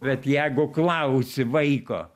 bet jeigu klausi vaiko